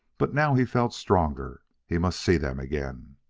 but now he felt stronger. he must see them again.